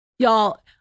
Y'all